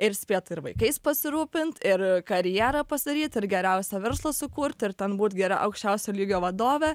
ir spėt ir vaikais pasirūpint ir karjerą pasidaryt ir geriausią verslą sukurt ir ten būt gera aukščiausio lygio vadove